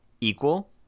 equal